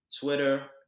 twitter